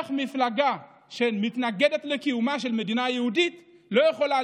איך מפלגה שמתנגדת לקיומה של מדינה יהודית לא יכולה